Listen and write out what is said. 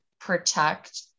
protect